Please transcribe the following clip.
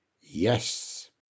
Yes